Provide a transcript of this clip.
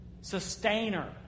sustainer